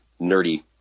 nerdy